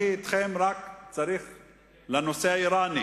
אני אתכן צריך רק לנושא האירני,